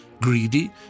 Greedy